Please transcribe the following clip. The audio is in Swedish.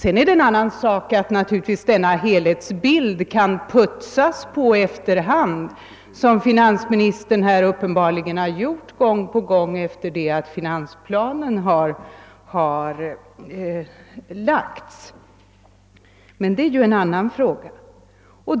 En annan sak är att man kan putsa på denna helhetsbild efter hand som finansministern här uppenbarligen har gjort gång på gång efter det att finansplanen har lagts, men det är en annan fråga.